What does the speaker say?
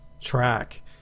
track